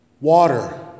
water